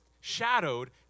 shadowed